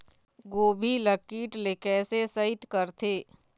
गोभी ल कीट ले कैसे सइत करथे?